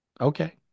okay